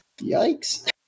Yikes